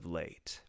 late